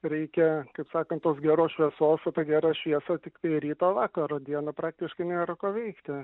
reikia kaip sakant tos geros šviesos o ta gera šviesa tikai ryto vakaro dieną praktiškai nėra ko veikti